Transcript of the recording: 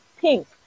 pink